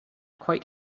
quite